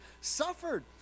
suffered